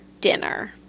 dinner